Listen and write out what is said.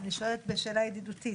אני שואלת שאלה ידידותית,